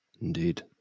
Indeed